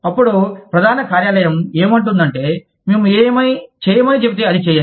అప్పుడు ప్రధాన కార్యాలయం ఏమంటుందంటే మేము ఏమి చేయమని చెబితే అది చేయండి